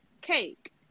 cake